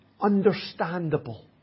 understandable